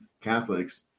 Catholics